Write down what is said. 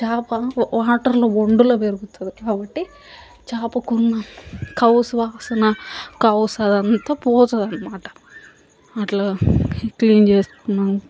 చేప వాటర్లో ఒండులో పెరుగుతుంది కాబట్టి చేపకున్న కౌసు వాసన కౌసు అదంతా పోతుంది అనమాట అట్లా క్లీన్ చేసుకున్నాక